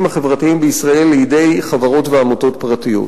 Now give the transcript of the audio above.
החברתיים בישראל לידי חברות ועמותות פרטיות.